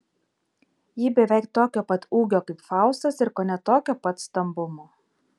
ji beveik tokio pat ūgio kaip faustas ir kone tokio pat stambumo